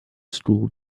school